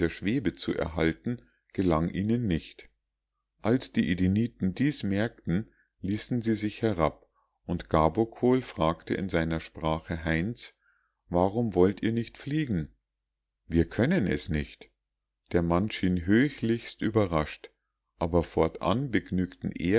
schwebe zu erhalten gelang ihnen nicht als die edeniten dies merkten ließen sie sich herab und gabokol fragte in seiner sprache heinz warum wollt ihr nicht fliegen wir können es nicht der mann schien höchlichst überrascht aber fortan begnügten